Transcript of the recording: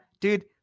dude